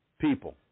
People